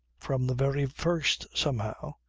from the very first, somehow,